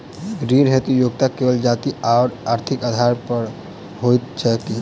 ऋण हेतु योग्यता केवल जाति आओर आर्थिक आधार पर होइत छैक की?